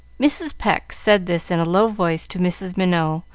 mrs. pecq said this in a low voice to mrs. minot,